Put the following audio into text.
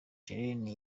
jeremie